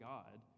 God